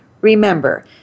Remember